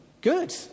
good